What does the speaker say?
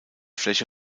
fläche